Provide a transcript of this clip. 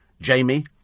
Jamie